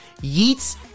Yeats